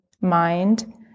mind